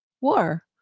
war